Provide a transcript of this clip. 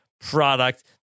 product